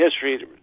history